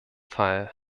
fall